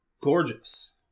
gorgeous